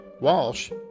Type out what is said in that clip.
Walsh